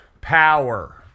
Power